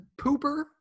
pooper